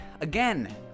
again